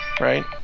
right